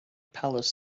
palace